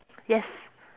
yes